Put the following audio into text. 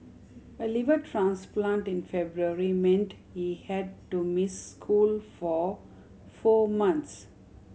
a liver transplant in February meant he had to miss school for four months